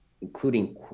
including